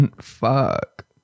Fuck